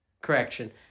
correction